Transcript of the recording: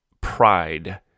Pride